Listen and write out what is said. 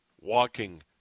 walking